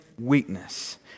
weakness